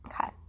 Okay